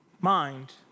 mind